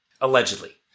Allegedly